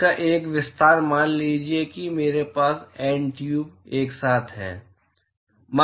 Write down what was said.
इसका एक विस्तार मान लीजिए कि मेरे पास एन ट्यूब एक साथ हैं